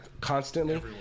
constantly